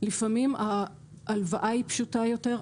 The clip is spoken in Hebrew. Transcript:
לפעמים ההלוואה היא פשוטה יותר,